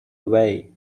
away